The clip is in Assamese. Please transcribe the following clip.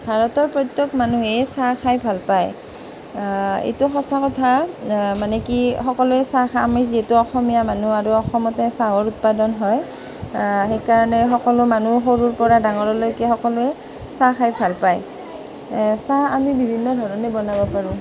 ভাৰতৰ প্ৰত্যেক মানুহেই চাহ খাই ভাল পায় এইটো সঁচা কথা মানে কি সকলোৱে চাহ খাই আমি যিহেতু অসমীয়া মানুহ আৰু অসমতে চাহৰ উৎপাদন হয় সেইকাৰণে সকলো মানুহ সৰুৰ পৰা ডাঙৰলৈকে সকলোৱে চাহ খাই ভাল পায় চাহ আমি বিভিন্ন ধৰণে বনাব পাৰোঁ